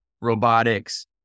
robotics